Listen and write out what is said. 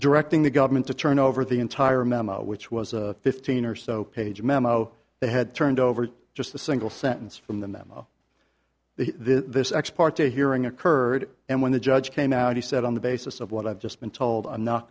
directing the government to turn over the entire memo which was a fifteen or so page memo that had turned over just the single sentence from the memo this ex parte hearing occurred and when the judge came out he said on the basis of what i've just been told